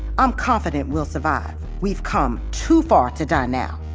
i'm confident we'll survive. we've come too far to die now